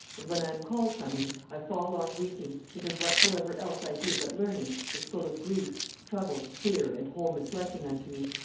and when i am called from him i fall on weeping, because whatsoever else i do but learning, is full of grief, trouble, fear, and whole misliking unto me.